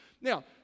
Now